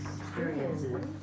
Experiences